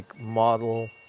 model